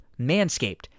Manscaped